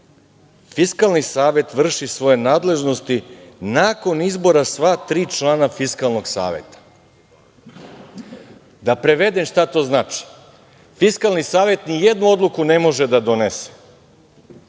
„Fiskalni savet vrši svoje nadležnosti nakon izbora sva tri člana Fiskalnog saveta. Da prevedem šta to znači. Fiskalni savet ni jednu odluku ne može da donese